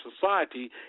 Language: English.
society